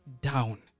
down